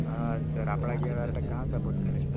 હા સર આપણા ઘેર વાળા તો ક્યાં સપોર્ટ કરે